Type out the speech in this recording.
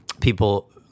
people